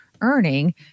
earning